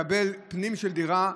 מקבל פנים של דירה,